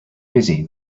busy